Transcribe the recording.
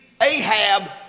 Ahab